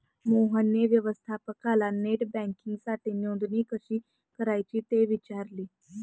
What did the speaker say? मोहनने व्यवस्थापकाला नेट बँकिंगसाठी नोंदणी कशी करायची ते विचारले